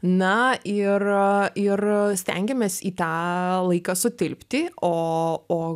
na ir ir stengiamės į tą laiką sutilpti o o